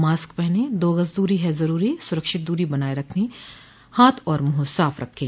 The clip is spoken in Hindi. मास्क पहनें दो गज़ दूरी है ज़रूरी सुरक्षित दूरी बनाए रखें हाथ और मुंह साफ़ रखें